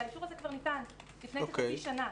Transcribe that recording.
והאישור הזה כבר ניתן לפני כחצי שנה.